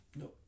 no